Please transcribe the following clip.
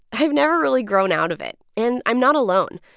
i've never really grown out of it, and i'm not alone.